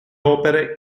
opere